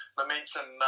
momentum